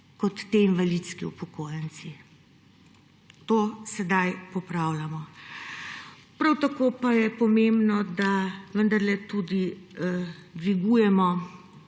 kot ti invalidski upokojenci. To sedaj popravljamo. Prav tako pa je pomembno, da vendarle tudi dvigujemo